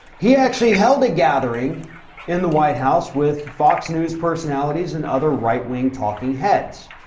he actually held a gathering in the white house with fox news personalities and other right wing talking heads.